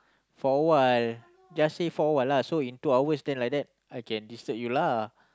for a while just say for a while lah so in two hours then like that I can disturb you lah